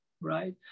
right